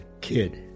kid